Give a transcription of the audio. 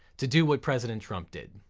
to do what president trump did,